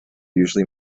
usually